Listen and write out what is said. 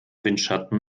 windschatten